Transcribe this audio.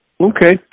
Okay